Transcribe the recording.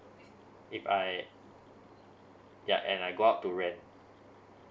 if I yeah and I go out to rent